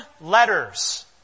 letters